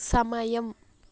సమయం